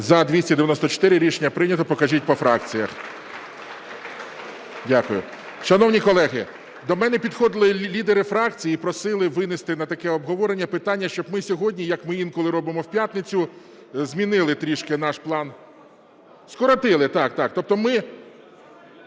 За-294 Рішення прийнято. Покажіть по фракціях. Дякую. Шановні колеги, до мене підходили лідери фракцій і просили винести на таке обговорення питання, щоб ми сьогодні, як ми інколи робимо в п'ятницю, змінили трішки наш план… Скоротили, так-так. Тобто ми…